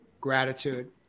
gratitude